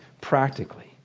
practically